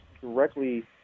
directly